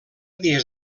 dies